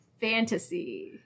fantasy